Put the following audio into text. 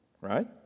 right